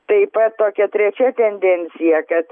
taip pat tokia trečia tendencija kad